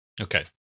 okay